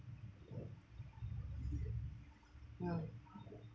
mm